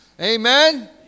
Amen